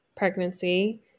pregnancy